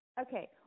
okay